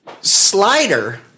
Slider